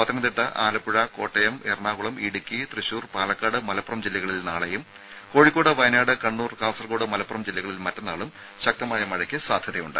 പത്തനംതിട്ട ആലപ്പുഴ കോട്ടയം എറണാകുളം ഇടുക്കി തൃശൂർ പാലക്കാട് മലപ്പുറം ജില്ലകളിൽ നാളെയും കോഴിക്കോട് വയനാട് കണ്ണൂർ കാസർകോട് മലപ്പുറം ജില്ലകളിൽ മറ്റന്നാളും ശക്തമായ മഴയ്ക്ക് സാധ്യതയുണ്ട്